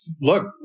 look